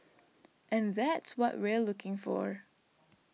and that's what we're looking for